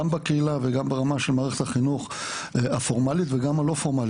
גם בקהילה וגם ברמה של מערכת החינוך הפורמלית וגם הלא פורמלית.